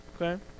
okay